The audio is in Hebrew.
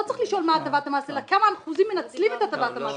לא צריך לשאול מה הטבת המס אלא כמה אחוזים מנצלים את הטבת המס הזאת.